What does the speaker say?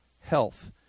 health